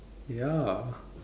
ya